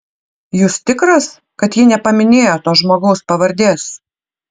jūs tikras kad ji nepaminėjo to žmogaus pavardės